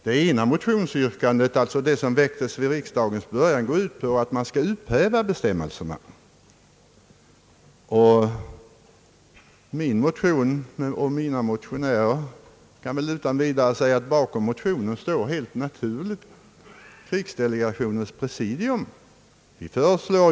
Motionen vid riksdagens början gick ut på att bestämmelserna skulle upphävas, medan jag och mina medmotionärer föreslår att bestämmelserna skall tas in i grundlagen; och det kan väl utan vidare sägas att bakom vår motion står krigsdelegationens presidium.